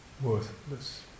worthless